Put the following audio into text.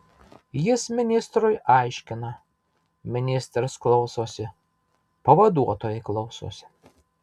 jis ministrui aiškina ministras klausosi pavaduotojai klausosi